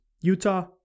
Utah